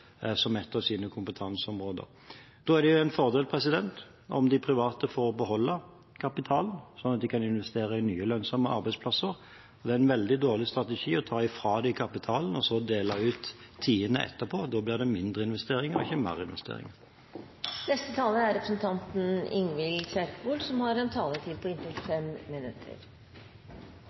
som et av sine kompetanseområder. Da er det en fordel om de private får beholde kapitalen, sånn at de kan investere i nye, lønnsomme arbeidsplasser. Det er en veldig dårlig strategi å ta fra dem kapitalen og så dele ut tiende etterpå, for da blir det færre investeringer, ikke flere investeringer. Takk til interpellanten for interpellasjonen om helseindustri. Som også statsråden viste til i sitt svar, har